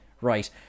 right